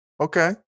Okay